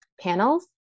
panels